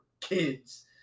kids